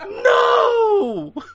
No